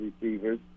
receivers